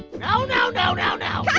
no, no, no, no, no. yeah